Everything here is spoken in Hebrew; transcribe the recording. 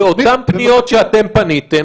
באותן פניות שפניתם,